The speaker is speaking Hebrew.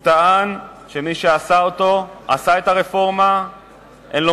הוא טען שמי שעשה את הרפורמה אין לו